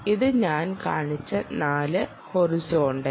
ഇത് ഞാൻ കാണിച്ച 4 ഹൊറിസോൺണ്ടൽ